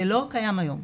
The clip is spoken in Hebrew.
זה לא קיים היום.